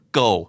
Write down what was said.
go